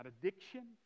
Addiction